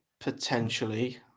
potentially